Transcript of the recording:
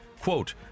quote